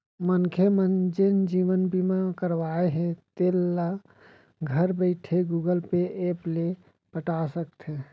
मनखे मन जेन जीवन बीमा करवाए हें तेल ल घर बइठे गुगल पे ऐप ले पटा सकथे